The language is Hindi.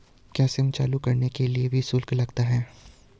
क्या सिम चालू कराने के लिए भी शुल्क लगता है?